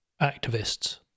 activists